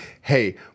Hey